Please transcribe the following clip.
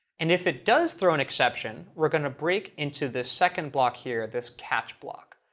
and if it does throw an exception, we're going to break into this second block here, this catch block.